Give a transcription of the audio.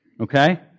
okay